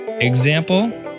Example